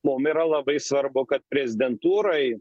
mum yra labai svarbu kad prezidentūroj